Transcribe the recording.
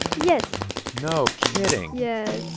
yes no kidding yes